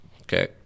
okay